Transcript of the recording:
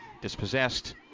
dispossessed